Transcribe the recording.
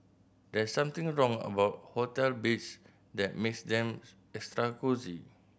there's something wrong about hotel beds that makes them extra cosy